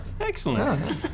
Excellent